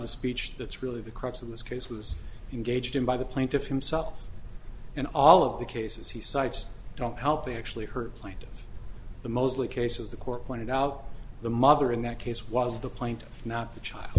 the speech that's really the crux of this case was engaged in by the plaintiff himself in all of the cases he cites don't help they actually heard plaintive the mostly cases the court pointed out the mother in that case was the plaintiff not the child